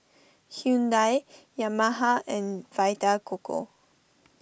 Hyundai Yamaha and Vita Coco